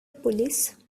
police